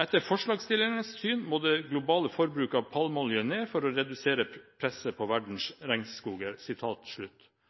«Etter forslagsstillernes syn må det globale forbruket av palmeolje ned for å redusere presset på